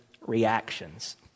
reactions